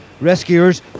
Rescuers